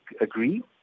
agree